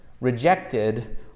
rejected